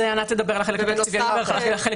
ענת תדבר על החלק התקציבי ואני על המשפטי.